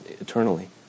eternally